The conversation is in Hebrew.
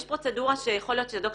יש פרוצדורה שיכול להיות שהד"ר